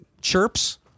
chirps